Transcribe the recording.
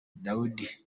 dawidi